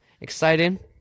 exciting